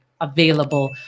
available